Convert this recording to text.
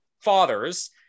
fathers